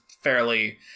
fairly